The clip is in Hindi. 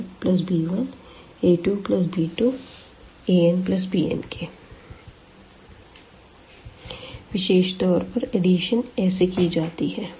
a1a2anb1b2bna1b1a2b2anbn विशेष तौर पर एडिशन ऐसे की जाती है